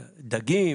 דגים,